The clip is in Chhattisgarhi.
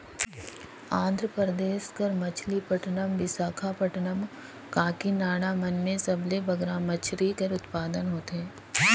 आंध्र परदेस कर मछलीपट्टनम, बिसाखापट्टनम, काकीनाडा मन में सबले बगरा मछरी कर उत्पादन होथे